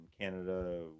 Canada